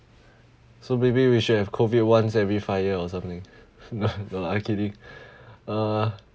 so maybe we should have COVID once every five year or something no no lah I'm kidding uh